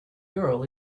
girl